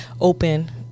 open